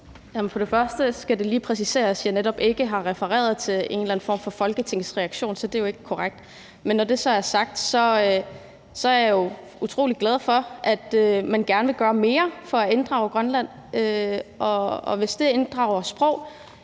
(SIU): Først skal det lige præciseres, at jeg netop ikke har refereret til en eller anden form for folketingsreaktion, så det er jo ikke korrekt. Men når det så er sagt, er jeg jo utrolig glad for, at man gerne vil gøre mere for at inddrage Grønland, og hvis det inddrager sprog,